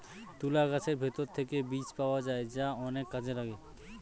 তুলা গাছের ভেতর থেকে বীজ পাওয়া যায় যা অনেক কাজে লাগে